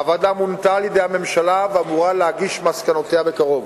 הוועדה מונתה על-ידי הממשלה ואמורה להגיש את מסקנותיה בקרוב.